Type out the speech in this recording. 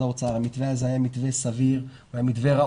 האוצר והמתווה הזה היה מתווה סביר וראוי.